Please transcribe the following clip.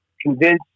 convince